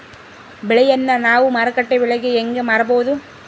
ಬೆಳೆಯನ್ನ ನಾವು ಮಾರುಕಟ್ಟೆ ಬೆಲೆಗೆ ಹೆಂಗೆ ಮಾರಬಹುದು?